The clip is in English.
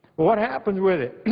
what happens with it?